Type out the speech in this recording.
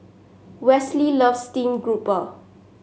Wesley loves stream grouper